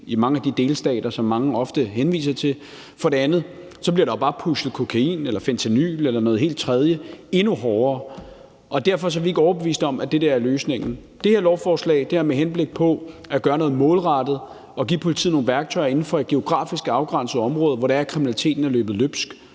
– mindsker det for det første ikke kriminaliteten, og for det andet bliver der bare pushet kokain eller fentanyl eller noget helt tredje endnu hårdere. Derfor er vi ikke overbevist om, at det der er løsningen. Det her lovforslag er med henblik på at gøre noget målrettet og give politiet nogle værktøjer inden for et geografisk afgrænset område, hvor kriminaliteten er løbet løbsk.